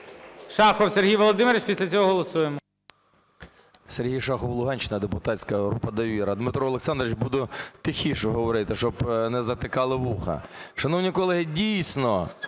Шахов Сергій Володимирович. Після цього голосуємо.